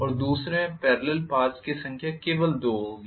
और दूसरे में पेरलल पाथ्स की संख्या केवल दो होगी